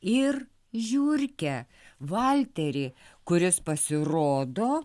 ir žiurkę valterį kuris pasirodo